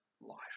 life